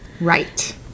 right